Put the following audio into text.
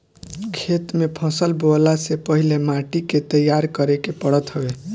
खेत में फसल बोअला से पहिले माटी के तईयार करे के पड़त हवे